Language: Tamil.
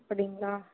அப்படிங்களா